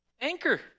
Anchor